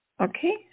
okay